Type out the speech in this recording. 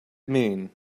mean